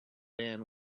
van